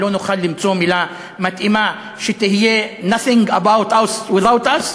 לא נוכל למצוא מילה מתאימה שתהיה Nothing about us without us?